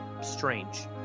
strange